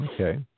Okay